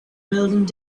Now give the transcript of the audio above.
building